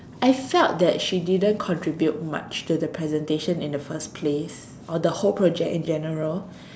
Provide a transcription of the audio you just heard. I felt that she didn't contribute much to the presentation in the first place or the whole project in general